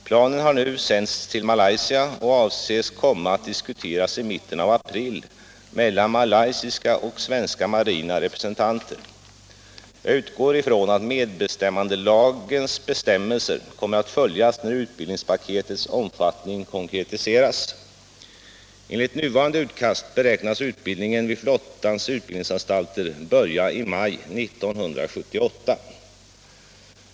Planen har nu sänts till Malaysia och avses komma att diskuteras i mitten av april mellan malaysiska och svenska marina representanter. Jag utgår ifrån att medbestämmandelagens bestämmelser kommer att följas när utbildningspaketets omfattning konkretiseras. Enligt nuvarande utkast beräknas utbildningen vid flottans utbildningsanstalter börja i maj 1978.